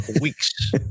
weeks